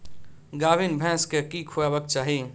गाभीन भैंस केँ की खुएबाक चाहि?